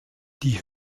die